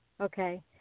Okay